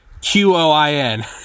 Q-O-I-N